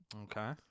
okay